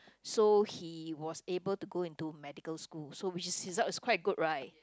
so he was able to go into medical school so which is his result was quite good right